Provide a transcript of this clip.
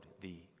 thee